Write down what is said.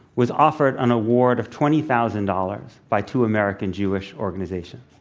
was offered an award of twenty thousand dollars by two american jewish organizations.